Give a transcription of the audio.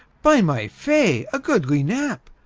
by my fay, a goodly nap.